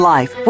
Life